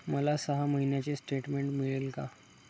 मला सहा महिन्यांचे स्टेटमेंट मिळेल का?